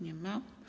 Nie ma.